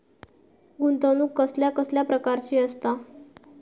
गुंतवणूक कसल्या कसल्या प्रकाराची असता?